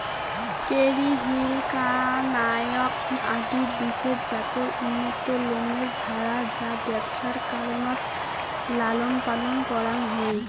Kerry Hill, কানায়াক আদি বিশেষ জাতের উন্নত লোমের ভ্যাড়া যা ব্যবসার কারণত লালনপালন করাং হই